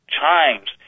chimes